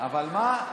אבל, מה?